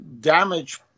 damage